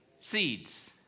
Seeds